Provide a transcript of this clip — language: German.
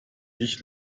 ich